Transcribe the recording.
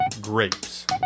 Grapes